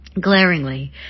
Glaringly